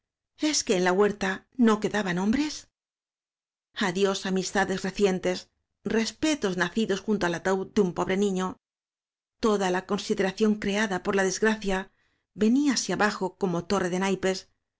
es que en la huerta no quedaban hombres adiós amistades recientes respetos naci dos junto al ataúd de un pobre niño toda la consideración creada por la desgracia veníase abajo como torre de naipes